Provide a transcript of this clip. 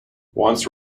once